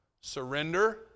Surrender